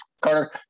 carter